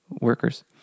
workers